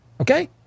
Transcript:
Okay